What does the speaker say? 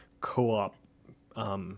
co-op